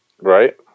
Right